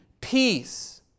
peace